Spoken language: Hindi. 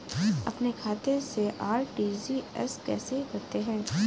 अपने खाते से आर.टी.जी.एस कैसे करते हैं?